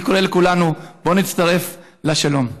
אני קורא לכולנו: בואו נצטרף לשלום.